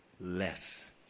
less